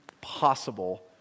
possible